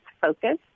focus